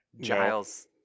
Giles